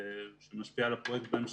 שמשפיע על הפרויקט בהמשך.